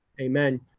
Amen